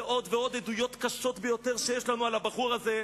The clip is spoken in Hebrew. ועוד ועוד עדויות קשות ביותר שיש לנו על הבחור הזה.